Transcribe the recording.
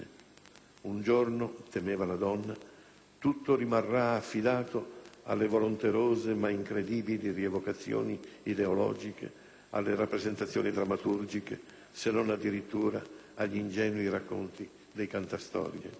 Un giorno, temeva la donna, tutto rimarrà affidato alle volenterose, ma incredibili rievocazioni ideologiche, alle rappresentazioni drammaturgiche, se non addirittura agli ingenui racconti dei cantastorie.